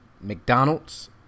McDonald's